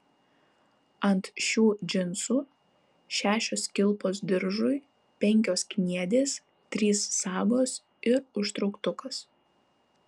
ant šių džinsų šešios kilpos diržui penkios kniedės trys sagos ir užtrauktukas